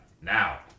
now